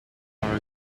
are